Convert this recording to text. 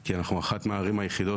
כי אנחנו אחת מהערים היחידות,